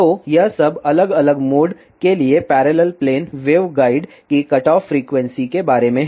तो यह सब अलग अलग मोड के लिए पैरेलल प्लेन वेवगाइड की कटऑफ फ्रीक्वेंसी के बारे में है